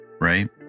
right